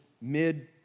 mid